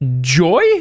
Joy